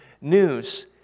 news